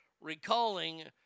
recalling